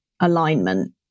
alignment